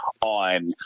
on